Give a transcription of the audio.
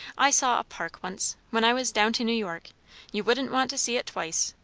i saw a park once, when i was down to new york you wouldn't want to see it twice.